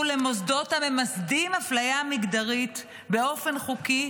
למוסדות הממסדים אפליה מגדרית באופן חוקי,